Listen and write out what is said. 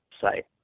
site